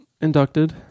inducted